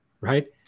right